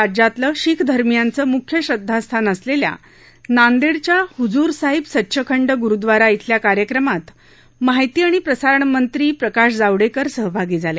राज्यातलं शीखधर्मीयांचं मुख्य श्रद्वास्थान असलेल्या नांदेडच्या हुजूर साहिब सच्चखंड गुरुद्वारा क्विल्या कार्यक्रमात माहिती आणि प्रसारणमंत्री प्रकाश जावडेकर सहभागी झाले